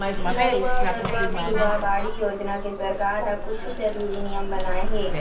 नरूवा, गरूवा, घुरूवा, बाड़ी योजना के सरकार ह कुछु जरुरी नियम बनाए हे